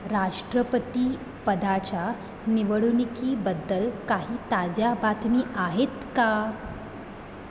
राष्ट्रपतीपदाच्या निवडणुकीबद्दल काही ताज्या बातमी आहेत का